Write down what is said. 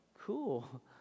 cool